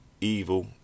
evil